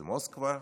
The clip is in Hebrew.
מוסקבה,